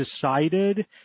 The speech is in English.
decided